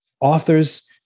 Authors